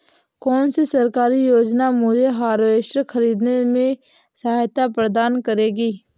कौन सी सरकारी योजना मुझे हार्वेस्टर ख़रीदने में सहायता प्रदान करेगी?